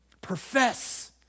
Profess